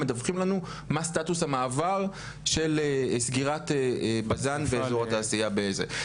מדווחים לנו מה סטטוס המעבר של סגירת בזן ואזור התעשייה בזה.